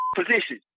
position